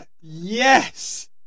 yes